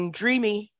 dreamy